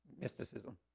mysticism